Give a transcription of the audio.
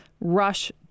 rush